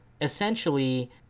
Essentially